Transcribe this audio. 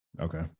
Okay